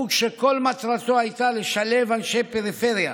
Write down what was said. חוג שכל מטרתו הייתה לשלב אנשי פריפריה